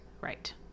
right